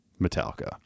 metallica